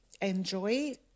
enjoy